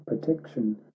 protection